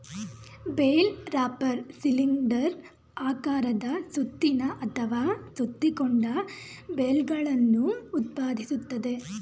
bale wrapper cylinder ಆಕಾರದ ಸುತ್ತಿನ ಅಥವಾ ಸುತ್ತಿಕೊಂಡ ಬೇಲ್ಗಳನ್ನು ಉತ್ಪಾದಿಸ್ತದೆ